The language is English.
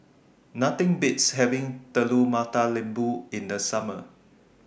Nothing Beats having Telur Mata Lembu in The Summer